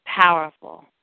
Powerful